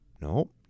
No